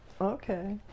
Okay